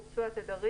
ו- (2)",